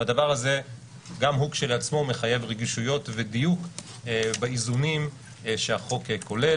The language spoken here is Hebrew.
והדבר הזה גם הוא כשלעצמו מחייב רגישויות ודיוק באיזונים שהחוק כולל.